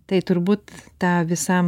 tai turbūt tą visam